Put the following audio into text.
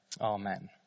amen